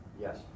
Yes